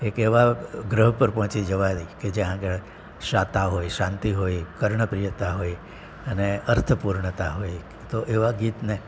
એક એવા ગ્રહ પર પહોંચી જવાય કે જ્યાં આગળ શ્રાતા હોય શાંતિ હોય કર્ણપ્રિયતા હોય અને અર્થપૂર્ણતા હોય તો એવા ગીતને